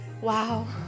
wow